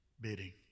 bidding